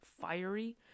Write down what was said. fiery